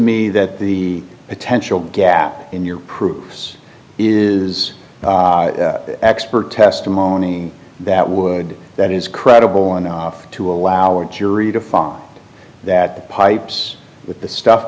me that the potential gap in your proofs is expert testimony that would that is credible enough to allow our jury to find out that the pipes with the stuff